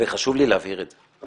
וחשוב לי להבהיר את זה.